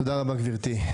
תודה רבה, גברתי.